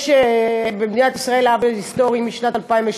יש במדינה ישראל עוול היסטורי משנת 2003,